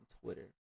twitter